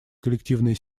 коллективные